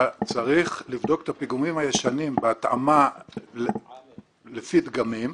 יש לבדוק את הפיגומים הישנים בהתאמה לפי דגמים,